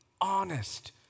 honest